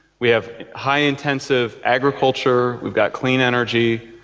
we have high intensive agriculture, we've got clean energy,